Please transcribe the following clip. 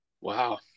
Wow